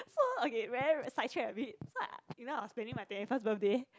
so okay very side track a bit so I you know was planning my twenty first birthday